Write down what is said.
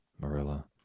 Marilla